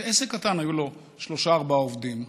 זה עסק קטן, היו לו שלושה-ארבעה עובדים.